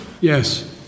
Yes